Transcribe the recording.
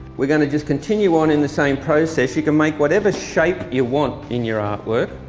we're going to just continue on in the same process, you can make whatever shape you want in your art work,